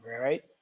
right